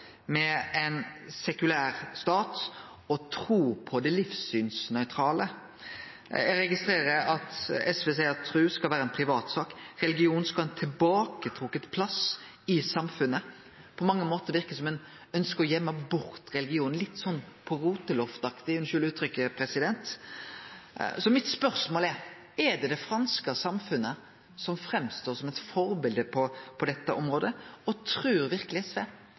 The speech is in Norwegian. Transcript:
med ein sekulær stat og tru på det livssynsnøytrale. Eg registrerer at SV seier at tru skal vere ei privatsak, religion skal ha ein «tilbaketrekt» plass i samfunnet. På mange måtar verkar det som om ein ønskjer å gøyme bort religionen litt sånn på roteloftet-aktig – unnskyld uttrykket, president. Så spørsmålet mitt er: Er det det franske samfunnet som står fram som eit forbilde på dette området, og trur verkeleg SV